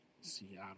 Seattle